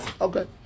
Okay